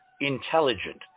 intelligent